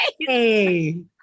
Hey